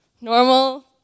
normal